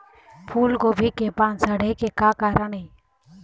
फूलगोभी के पान सड़े के का कारण ये?